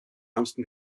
ärmsten